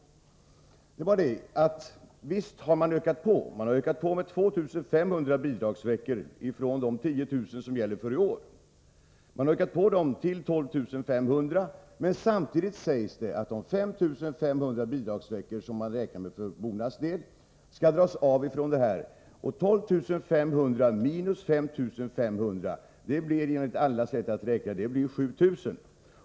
Visst har man ökat på — med 2 500 bidragsveckor från de 10 000 som gäller för i år. Man har ökat dem till 12 500, men samtidigt sägs att de 5 500 bidragsveckor som man räknar med för Bonas del skall dras av från detta. Och 12 500 minus 5 500 blir enligt alla sätt att räkna 7 000.